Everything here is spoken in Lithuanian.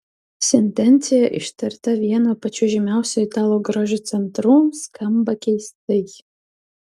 sentencija ištarta vieno pačių žymiausių italų grožio centrų skamba keistai